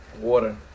Water